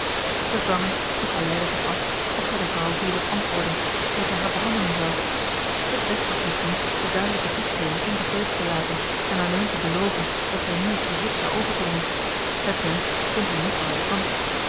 bevangen vroeg aleida zich af of zij de vrouw hierop antwoorden hoe zij haar behandelen zou het best was misschien de duidelijke toespeling onbegrepen te laten en alleen te beloven dat zij nu het verzoek zou overbrengen t mensch stond daar niet arrogant